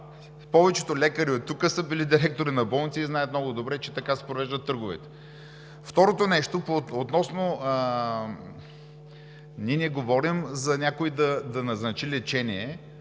Повечето лекари тук са били директори на болници и знаят много добре, че така се провеждат търговете. Второ, ние не говорим някой да назначи лечение,